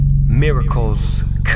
Miracles